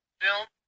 film